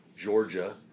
Georgia